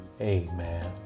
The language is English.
amen